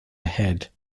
ahead